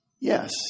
Yes